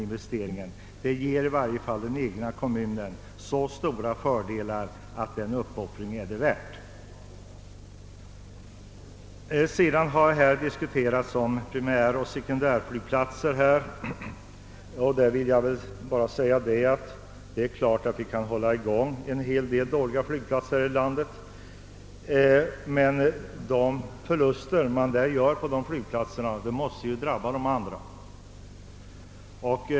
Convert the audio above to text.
Flygplatsen ger i alla fall den egna kommunen så stora fördelar att den är värd en uppoffring. Här har också diskuterats om primäroch sekundärflygplatser. Det är klart att vi kan hålla i gång en hel del dåliga flygplatser här i landet, men förlusterna på dessa måste ju drabba de andra.